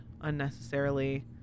unnecessarily